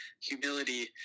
humility